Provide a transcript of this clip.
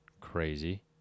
Crazy